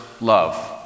love